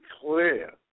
clear